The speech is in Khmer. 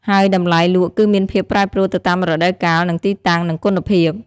ហើយតម្លៃលក់គឺមានភាពប្រែប្រួលទៅតាមរដូវកាល និងទីតាំង និងគុណភាព។